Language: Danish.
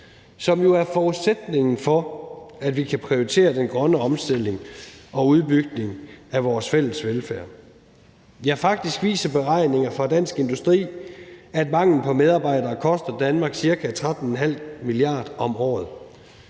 som jo er forudsætningen for, at vi kan prioritere den grønne omstilling og udbygning af vores fælles velfærd, ja, faktisk viser beregninger fra Dansk Industri, at manglen på medarbejdere koster Danmark ca. 13,5 mia. kr. om året